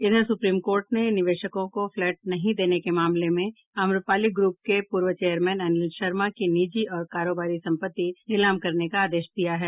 इधर supreme court ने निवेशकों को फ्लैट नहीं देने के मामले में अम्रपाली ग्रुप के पूर्व चेयरमेन अनिल शर्मा की निजी और कारोबारी सम्पत्ति नीलाम करने का आदेश दिया है